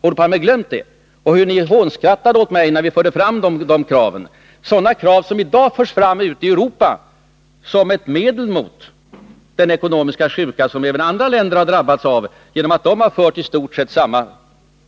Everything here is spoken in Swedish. Och har han glömt hur ni hånskrattade åt mig när vi förde fram de kraven, krav som i dag förs fram ute i Europa som ett medel mot den ekonomiska sjuka som även andra länder drabbats av på grund av att de fört i stort sett samma